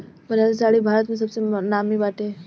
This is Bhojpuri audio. बनारसी साड़ी भारत में सबसे नामी बाटे